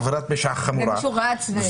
עבירת פשע חמורה -- רואים שהוא רץ.